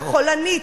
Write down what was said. החולנית,